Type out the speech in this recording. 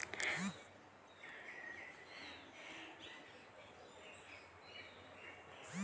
कीटकांचा उपद्रव जास्त झाला की झाडे पिवळी पडतात व वाढ थांबते